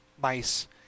mice